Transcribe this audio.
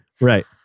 Right